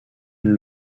une